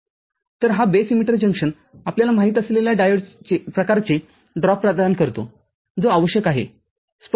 तर हा base emitter junction आपल्याला माहीत असलेल्या डायोड प्रकारचे ड्रॉप प्रदान करतो जो आवश्यक आहे स्पष्ट आहे